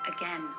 again